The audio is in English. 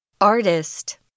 Artist